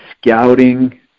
scouting